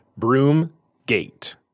Broomgate